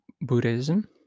Buddhism